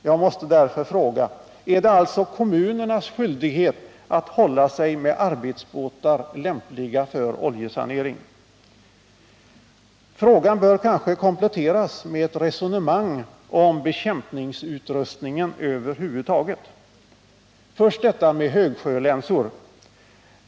Jag måste därför fråga: Är det alltså kommunernas skyldighet att hålla sig med arbetsbåtar lämpliga för oljesanering? Frågan bör kanske kompletteras med ett resonemang om bekämpningsutrustningen över huvud taget. Först detta med högsjölänsor.